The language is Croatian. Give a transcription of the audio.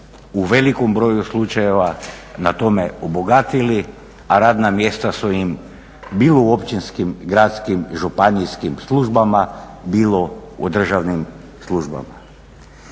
u velikom broju slučajeva na tome obogatili, a radna mjesta su im bilo u općinskim, gradskim, županijskim službama, bilo u državnim službama.